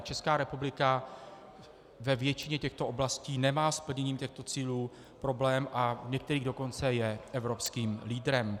Česká republika ve většině těchto oblastí nemá s plněním těchto cílů problém, a v některých dokonce je evropským lídrem.